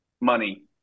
money